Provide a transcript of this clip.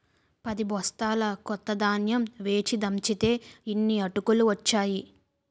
పదిబొస్తాల కొత్త ధాన్యం వేచి దంచితే యిన్ని అటుకులు ఒచ్చేయి